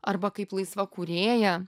arba kaip laisva kūrėja